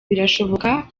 birashoboka